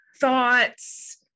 thoughts